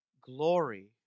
glory